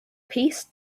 piece